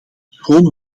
schoon